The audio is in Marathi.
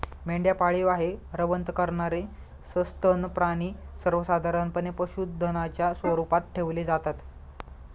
मेंढ्या पाळीव आहे, रवंथ करणारे सस्तन प्राणी सर्वसाधारणपणे पशुधनाच्या स्वरूपात ठेवले जातात